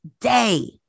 day